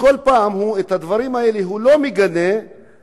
שכל פעם אינו מגנה את הדברים האלה,